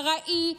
ארעי,